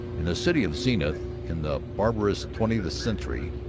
in the city of zenith, in the barbarous twentieth century,